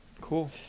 Cool